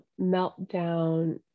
meltdown